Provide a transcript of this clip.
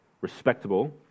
respectable